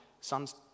son's